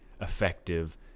effective